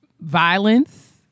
Violence